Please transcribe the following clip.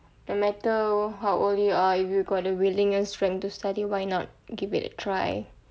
no matter how old you are if you got the willingness strength to study why not give it a try